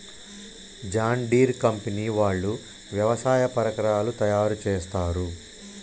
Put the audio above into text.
John Deere company వాళ్ళు వ్యవసాయ పరికరాలు తయారుచేస్తారు